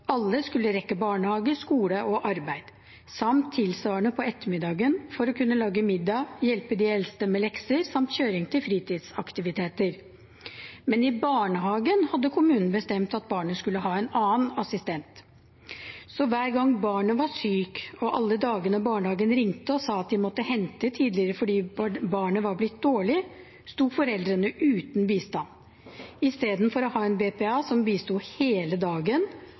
alle skulle rekke barnehage, skole og arbeid, samt tilsvarende på ettermiddagen for å kunne lage middag, hjelpe de eldste med lekser samt kjøring til fritidsaktiviteter. Men i barnehagen hadde kommunen bestemt at barnet skulle ha en annen assistent. Så hver gang barnet var sykt, og alle dagene barnehagen ringte og sa at de måtte hente tidligere fordi barnet var blitt dårlig, sto foreldrene uten bistand. Istedenfor å ha en BPA som bisto hele dagen,